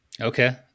Okay